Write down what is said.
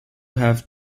have